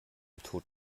tod